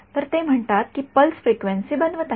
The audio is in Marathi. तर ते म्हणतात की ते पल्स फ्रिक्वेन्सी बनवित आहेत